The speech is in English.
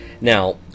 Now